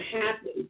happen